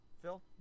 Phil